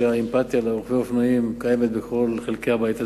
שהאמפתיה לרוכבי האופנועים קיימת בכל חלקי הבית הזה,